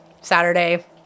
Saturday